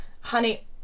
Honey